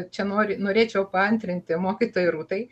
čia nori norėčiau paantrinti mokytojai rūtai